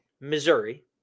Missouri